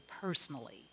personally